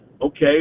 okay